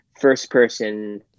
first-person